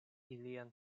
ilian